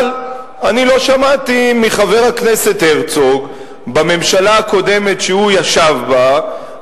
אבל אני לא שמעתי מחבר הכנסת הרצוג בממשלה הקודמת שהוא ישב בה,